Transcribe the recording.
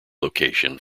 location